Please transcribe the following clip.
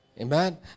Amen